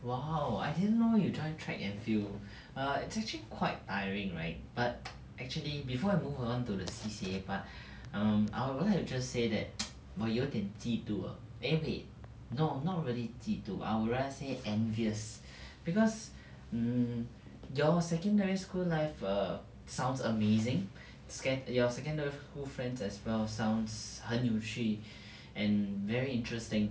!wow! I didn't know you join track and field err it's actually quite tiring right but actually before I move on to the C_C_A part um I would want to just say that 我有点嫉妒 err eh wait no not really 嫉妒 I would rather say envious because mm your secondary school life err sounds amazing sec~ your secondary school friends as well sounds 很有趣 and very interesting